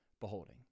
beholding